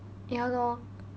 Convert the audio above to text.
ya lor